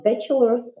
bachelor's